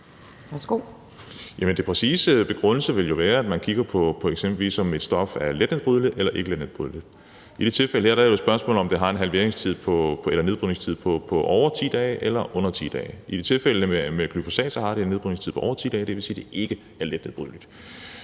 Den præcise begrundelse vil jo være, at man eksempelvis kigger på, om et stof er let nedbrydeligt eller ikke let nedbrydeligt. I det her tilfælde er det jo et spørgsmål om, om det har en nedbrydningstid på over 10 dage eller under 10 dage. I tilfældet med glyfosat har det en nedbrydningstid på over 10 dage, og det vil sige, at det ikke er let nedbrydeligt.